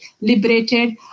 liberated